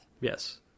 yes